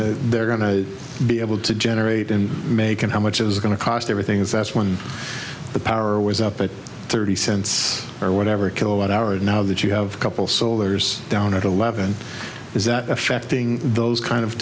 to they're going to be able to generate in macon how much is going to cost everything's that's when the power was up at thirty cents or whatever kilowatt hour is now that you have a couple soldiers down at eleven is that affecting those kind of